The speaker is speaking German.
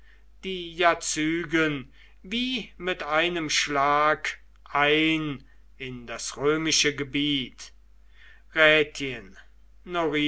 die jazygen wie mit einem schlag ein in das römische gebiet